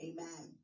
Amen